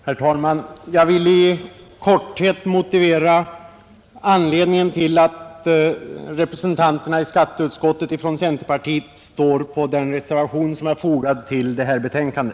Herr talman! Jag vill i korthet redogöra för anledningen till att centerpartiets representanter i skatteutskottet anslutit sig till den reservation som är fogad vid förevarande betänkande.